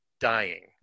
Dying